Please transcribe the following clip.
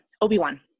Obi-Wan